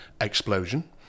explosion